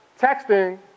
texting